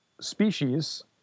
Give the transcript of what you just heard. species